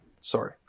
Sorry